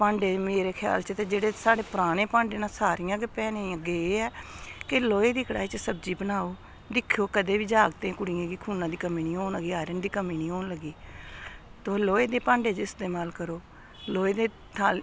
भांडे मेरे ख्याल च ते जेह्ड़े साढ़े पराने भांडे न सारियां गै भैनें गी अग्गें एह् ऐ कि लोहे दी कड़ाही च सब्जी बनाओ दिक्खेओ कदें बी जागत कुड़ियें गी खून दी कमी निं होन आयरन दी कमी निं होन लगी तुस लोहे दे भांडे च इस्तेमाल करो लोहे दी थाली